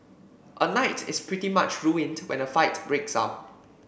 a night is pretty much ruined when a fight breaks out